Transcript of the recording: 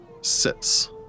sits